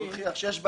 או יוכיח שיש בעיה,